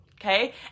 Okay